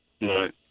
Right